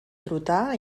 trotar